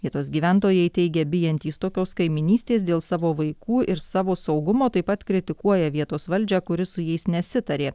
vietos gyventojai teigė bijantys tokios kaimynystės dėl savo vaikų ir savo saugumo taip pat kritikuoja vietos valdžią kuri su jais nesitarė